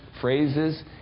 phrases